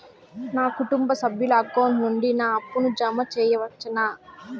నా కుటుంబ సభ్యుల అకౌంట్ నుండి నా అప్పును జామ సెయవచ్చునా?